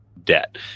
debt